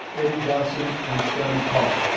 eddie dawson and scotty paul.